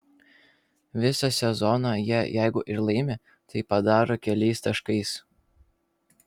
visą sezoną jie jeigu ir laimi tai padaro keliais taškais